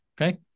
okay